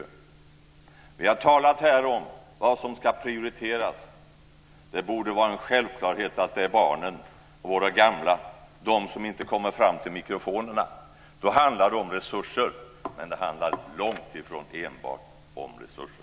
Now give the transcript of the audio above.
Vi har talat här om vad som ska prioriteras. Det borde vara en självklarhet att det är barnen och våra gamla, de som inte kommer fram till mikrofonerna. Det handlar om resurser, men det handlar långt ifrån enbart om resurser.